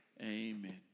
Amen